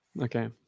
Okay